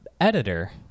editor